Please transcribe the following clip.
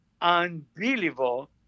unbelievable